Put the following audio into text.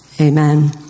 Amen